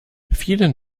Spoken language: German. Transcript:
vielen